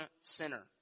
sinner